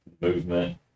movement